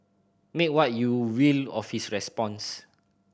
make what you will of his response